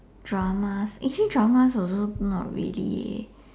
dramas actually dramas also not really leh